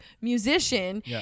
musician